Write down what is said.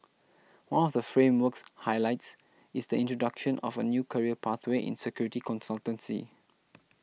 one of the framework's highlights is the introduction of a new career pathway in security consultancy